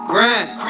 Grand